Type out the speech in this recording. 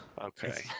Okay